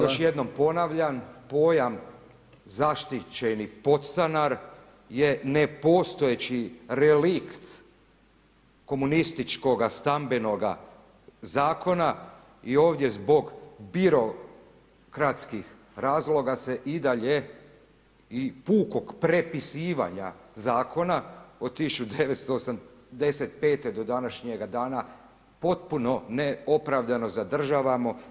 Još jednom ponavljam, pojam zaštićeni podstanar je nepostojeći relikt komunističkoga stambenoga zakona i ovdje zbog birokratskih razloga se i dalje i pukog prepisivanja zakona, od 1985. do današnjega dana potpuno neopravdano zadržavamo.